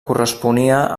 corresponia